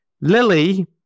Lily